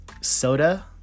soda